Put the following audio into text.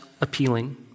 appealing